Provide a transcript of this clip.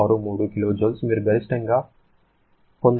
63 kJ మీరు గరిష్టంగా పొందగలిగే అవుట్పుట్ 0